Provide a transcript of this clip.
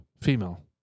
Female